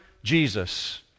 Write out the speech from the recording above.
Jesus